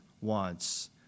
wants